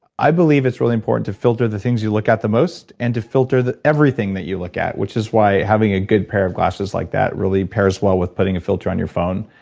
i believe it's really important to filter the things you look at the most, and to filter everything that you look at, which is why having a good pair of glasses like that really pairs well with putting a filter on your phone.